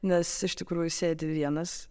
nes iš tikrųjų sėdi vienas